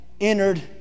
entered